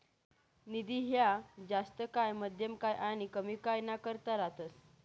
निधी ह्या जास्त काय, मध्यम काय आनी कमी काय ना करता रातस